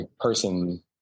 person